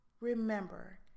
Remember